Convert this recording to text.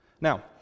Now